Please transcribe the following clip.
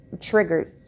triggered